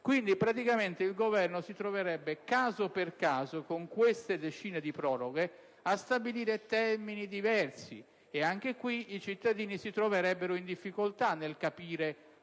2011. Praticamente il Governo si troverebbe, caso per caso, con decine di proroghe, a stabilire termini diversi. Anche in questo caso, i cittadini si troverebbero in difficoltà nel capire